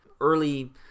Early